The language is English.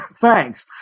thanks